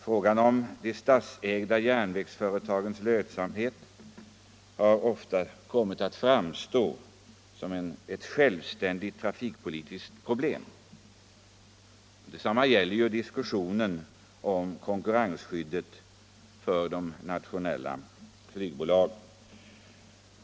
Frågan om de statsägda järnvägsföretagens lönsamhet har därmed ofta kommit att framstå som ett självständigt trafikpolitiskt problem. Detsamma gäller diskussionen om konkurrensskyddet för de nationella flygbolagen.